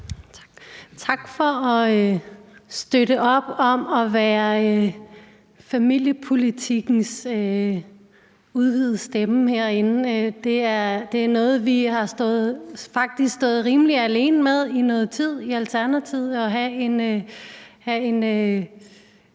Tak for at støtte op om at være familiepolitikkens udvidede stemme herinde. Det er noget, vi faktisk har stået rimelig alene med i et stykke tid i Alternativet, nemlig at have en